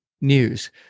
news